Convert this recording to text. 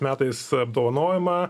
metais apdovanojimą